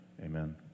Amen